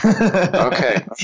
Okay